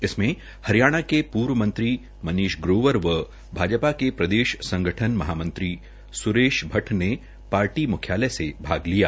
इसमें हरियाणा के पूर्व मंत्री मनीष ग्रोवर व भाजपा के प्रदेश संगठन महामंत्री सुरेश भट़ट ने रोहतक में पार्टी कार्यालय से भाग लिया